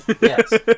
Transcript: yes